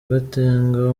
gatenga